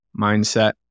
mindset